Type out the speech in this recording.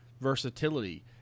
Versatility